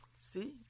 See